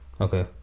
Okay